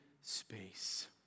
space